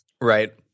Right